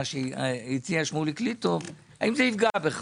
מה שהציע שמוליק ליטוב האם זה יפגע בך?